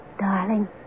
darling